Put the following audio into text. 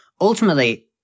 Ultimately